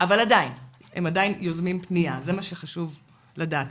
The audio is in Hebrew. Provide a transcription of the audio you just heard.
עדיין יוזמים פנייה, זה מה שחשוב לדעת.